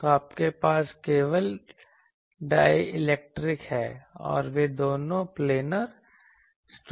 तो आपके पास केवल डाय इलेक्ट्रिक है और वे दोनों प्लेनर स्ट्रक्चर हैं